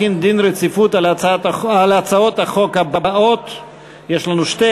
אני רק מציין לפרוטוקול שהודיע לי חבר הכנסת יוני שטבון